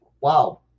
Wow